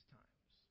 times